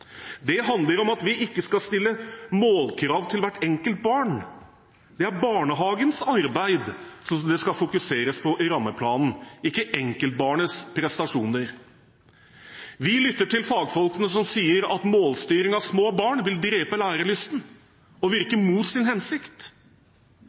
Det handler om at vi ikke skal stille målkrav til hvert enkelt barn. Det er barnehagens arbeid som det skal fokuseres på i rammeplanen, ikke enkeltbarnets prestasjoner. Vi lytter til fagfolkene som sier at målstyring av små barn vil drepe lærelysten og virke